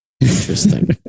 Interesting